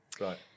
Right